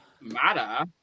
matter